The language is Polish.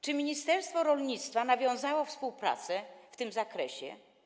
Czy ministerstwo rolnictwa nawiązało współpracę w tym zakresie?